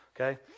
Okay